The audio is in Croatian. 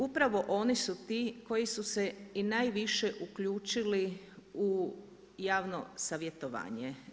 Upravo oni su ti koji su se i najviše uključili u javno savjetovanje.